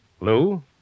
Lou